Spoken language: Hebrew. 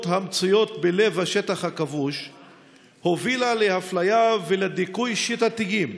המצויות בלב השטח הכבוש הובילה לאפליה ולדיכוי שיטתיים,